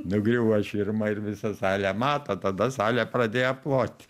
nugriuvo širma ir visa salė mato tada salė pradėjo plot